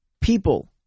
people